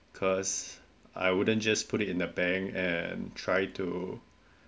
cause I wouldn't just put it in the bank and try to